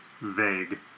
vague